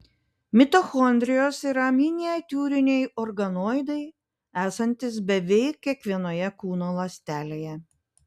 mitochondrijos yra miniatiūriniai organoidai esantys beveik kiekvienoje kūno ląstelėje